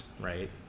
right